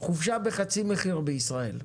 תהיה חופשה של חצי מחיר בישראל.